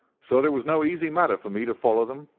so that it was no easy matter for me to follow them.